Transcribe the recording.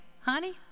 Honey